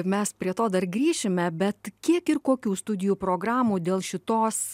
mes prie to dar grįšime bet kiek ir kokių studijų programų dėl šitos